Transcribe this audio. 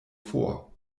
vor